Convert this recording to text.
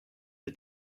the